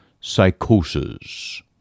psychosis